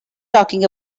talking